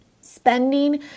spending